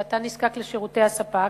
ואתה נזקק לשירותי הספק,